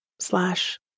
Slash